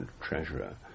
treasurer